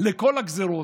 לכל הגזרות,